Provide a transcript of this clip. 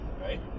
Right